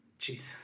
Jeez